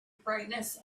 brightness